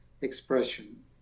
expression